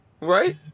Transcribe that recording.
right